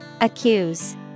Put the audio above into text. Accuse